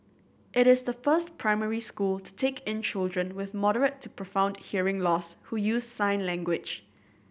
it is the first primary school to take in children with moderate to profound hearing loss who use sign language